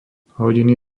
hodiny